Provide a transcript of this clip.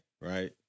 right